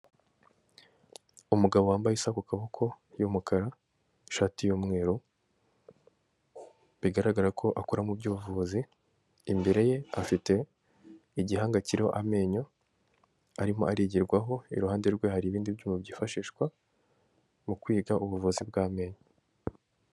Umugabo wambaye isaha kukaboko y'umukara, ishati y'umweru, bigaragara ko akora mu by'ubuvuzi, imbere ye afite igihanga kirimo amenyo arimo arigirwarwaho, iruhande rwe hari ibindi byuma byifashishwa mukwi ubuvuzi bw'amenyo.